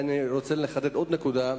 אני רק רוצה לחדד עוד נקודה.